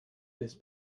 this